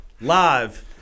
Live